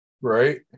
Right